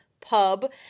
pub